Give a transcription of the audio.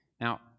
Now